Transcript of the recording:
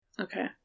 Okay